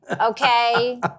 okay